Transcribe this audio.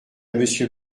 monsieur